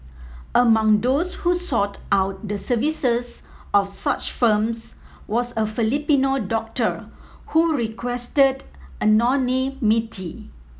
among those who sought out the services of such firms was a Filipino doctor who requested anonymity